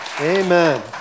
Amen